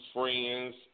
friends